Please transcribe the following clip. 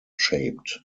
shaped